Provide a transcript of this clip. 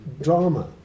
drama